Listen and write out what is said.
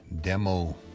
demo